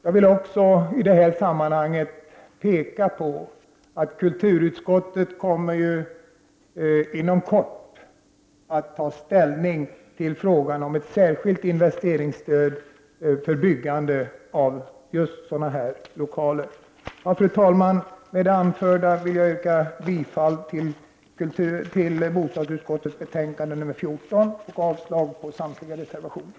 Jag vill också i detta sammanhang peka på att kulturutskottet inom kort kommer att ta ställning till frågan om ett särskilt investeringsstöd för byggande av just dessa lokaler. Fru talman! Med det anförda vill jag yrka bifall till utskottets hemställan i bostadsutskottets betänkande nr 14 och avslag på samtliga reservationer.